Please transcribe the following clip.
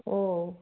ও